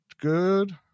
good